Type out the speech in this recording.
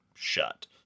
shut